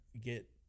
get